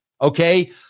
Okay